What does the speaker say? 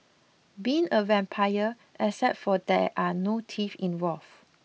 being a vampire except for that there are no teeth involved